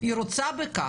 יחד עם בני דתות אחרות,